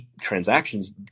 transactions